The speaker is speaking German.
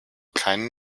keinen